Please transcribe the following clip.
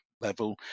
level